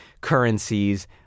currencies